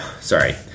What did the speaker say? sorry –